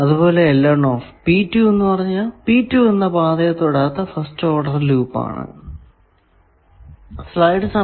അതുപോലെ എന്നത് P 2 എന്ന പാതയെ തൊടാത്ത ഫസ്റ്റ് ഓഡർ ലൂപ്പ് ആണ്